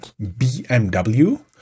BMW